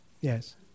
Yes